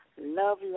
Love